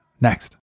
next